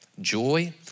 joy